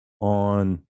on